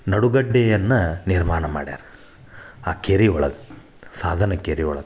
ನಡುಗಡ್ಡೆಯನ್ನು ನಿರ್ಮಾಣ ಮಾಡ್ಯಾರ ಆ ಕೇರಿ ಒಳಗೆ ಸಾಧನಕೇರಿ ಒಳಗೆ